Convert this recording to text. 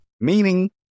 Meaning